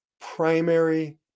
primary